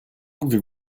pouvez